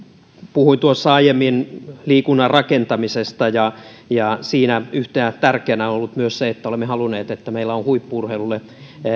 puhuin tuossa aiemmin liikunnan rakentamisesta ja ja siinä yhtenä tärkeänä asiana on ollut myös se että olemme halunneet että meillä on on huippu urheilulle